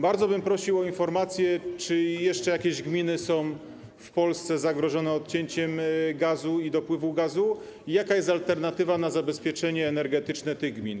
Bardzo bym prosił o informację, czy są jeszcze jakieś gminy w Polsce zagrożone odcięciem gazu, dopływu gazu, i jaka jest alternatywa, jeśli chodzi o zabezpieczenie energetyczne tych gmin.